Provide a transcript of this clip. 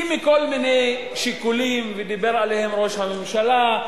כי מכל מיני שיקולים, ודיבר עליהם ראש הממשלה,